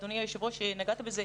אדוני היושב ראש, נגעת בזה.